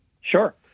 Sure